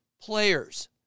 players